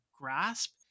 grasp